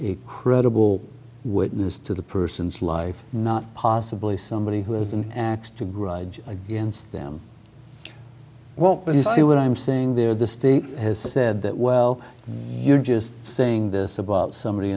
a credible witness to the person's life not possibly somebody who has an axe to grind against them won't believe what i'm saying they're the state has said that well you're just saying this about somebody